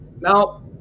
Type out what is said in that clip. now